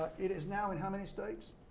it is now in how many states?